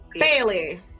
Bailey